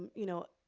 you know,